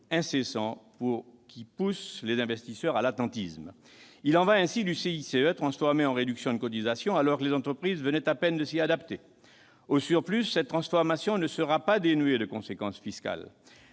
incessant qui pousse les investisseurs à l'attentisme. Il en va ainsi du CICE, transformé en réduction de cotisations, alors que les entreprises venaient à peine de s'y adapter. Au surplus, cette transformation ne sera pas dénuée de conséquences fiscales.